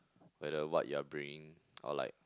whether what you're bringing or like